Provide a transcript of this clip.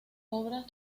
obras